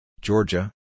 Georgia